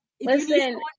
Listen